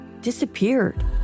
disappeared